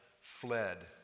fled